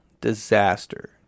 disaster